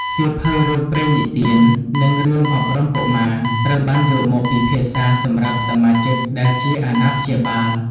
សៀវភៅរឿងព្រេងនិទាន និងរឿងអប់រំកុមារ ត្រូវបានយកមកពិភាក្សាសម្រាប់សមាជិកដែលជាអាណាព្យាបាល។